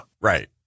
Right